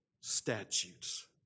statutes